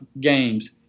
games